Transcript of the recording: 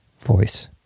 voice